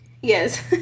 Yes